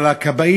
אבל לרכב,